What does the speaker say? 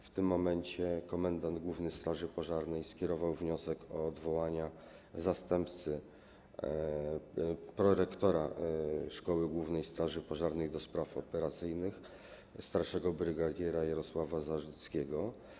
W tym momencie komendant główny straży pożarnej skierował wniosek o odwołanie prorektora, zastępcy komendanta szkoły głównej straży pożarnej do spraw operacyjnych, starszego brygadiera Jarosława Zarzyckiego.